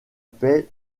paix